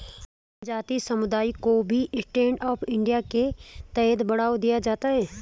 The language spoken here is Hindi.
जनजाति समुदायों को भी स्टैण्ड अप इंडिया के तहत बढ़ावा दिया जाता है